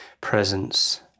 presence